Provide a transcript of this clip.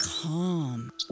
Calm